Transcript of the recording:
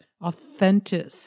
authentic